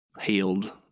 healed